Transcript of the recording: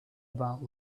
about